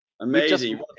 Amazing